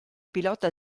pilota